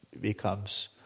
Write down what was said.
becomes